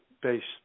based